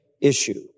issue